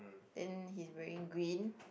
then he's wearing green